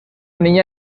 niña